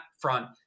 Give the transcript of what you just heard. front